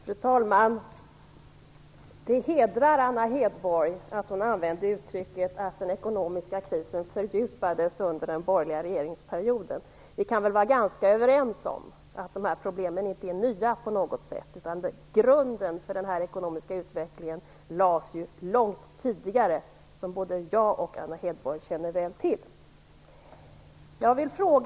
Fru talman! Det hedrar Anna Hedborg att hon använde uttrycket att den ekonomiska krisen fördjupades under den borgerliga regeringsperioden. Vi kan väl vara ganska överens om att dessa problem inte är nya på något sätt. Grunden för den här ekonomiska utvecklingen lades ju långt tidigare. Det känner både jag och Anna Hedborg väl till.